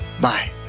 Bye